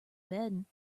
bedding